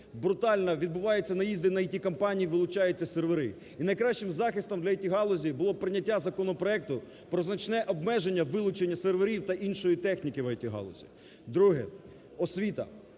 брутально відбуваються наїзди на ІТ-компанії, вилучаються сервери. І найкращим захистом для ІТ-галузі було б прийняття законопроекту про значне обмеження вилучення серверів та іншої техніки в ІТ-галузі. Друге – освіта.